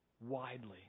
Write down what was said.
widely